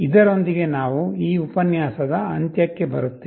ಇದರೊಂದಿಗೆ ನಾವು ಈ ಉಪನ್ಯಾಸದ ಅಂತ್ಯಕ್ಕೆ ಬರುತ್ತೇವೆ